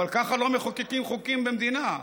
אבל ככה לא מחוקקים חוקים במדינה,